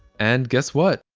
and guess what?